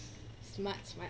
smart